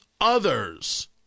others